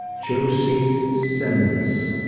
josie simmons.